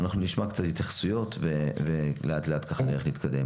אנחנו נשמע קצת התייחסויות, ולאט-לאט נתקדם.